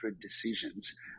decisions